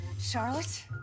Charlotte